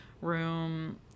room